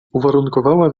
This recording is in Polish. uwarunkowała